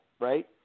right